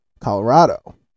Colorado